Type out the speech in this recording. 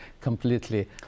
completely